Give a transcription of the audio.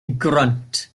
grunt